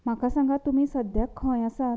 म्हाका सांगात तुमी सद्या खंय आसात